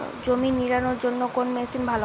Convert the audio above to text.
জমি নিড়ানোর জন্য কোন মেশিন ভালো?